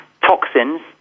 toxins